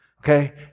okay